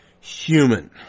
human